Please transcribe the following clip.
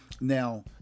Now